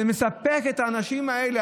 זה מספק את האנשים האלה.